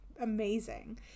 amazing